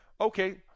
okay